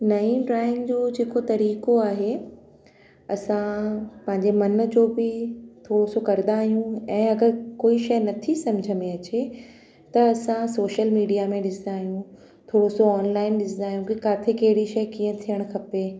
नई ड्रॉइंग जो जे को तरीक़ो आहे असां पंहिंजे मन जो कोई थोरो सो कंदा आहियूं ऐं अगरि कोई शइ नथी समुझ में अचे त असां सोशल मीडिया में ॾिसंदा आहियूं थोरो सो ऑनलाइन ॾिसंदा आहियूं कि किथे कहिड़ी शइ कीअं थिअणु खपे